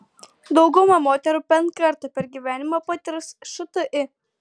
dauguma moterų bent kartą per gyvenimą patirs šti